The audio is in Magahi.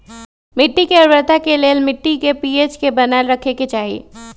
मिट्टी के उर्वरता के लेल मिट्टी के पी.एच के बनाएल रखे के चाहि